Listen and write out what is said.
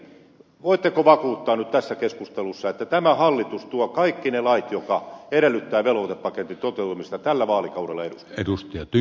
arvoisa ministeri voitteko vakuuttaa nyt tässä keskustelussa että tämä hallitus tuo kaikki ne lait joita velvoitepaketin toteutuminen edellyttää tällä vaalikaudella eduskuntaan